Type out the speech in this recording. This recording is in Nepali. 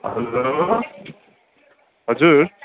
हेलो हजुर